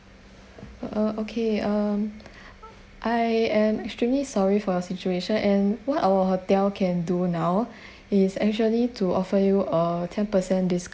uh okay um I am extremely sorry for your situation and what our hotel can do now is actually to offer you a ten per cent discount